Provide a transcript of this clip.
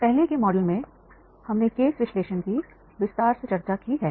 पहले के मॉडल में हमने केस विश्लेषण की विस्तार से चर्चा की है